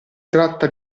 tratta